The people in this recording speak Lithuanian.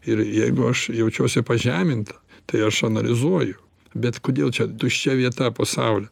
ir jeigu aš jaučiuosi pažeminta tai aš analizuoju bet kodėl čia tuščia vieta pasauly